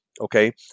okay